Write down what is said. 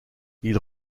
ils